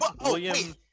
William